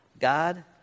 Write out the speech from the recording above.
God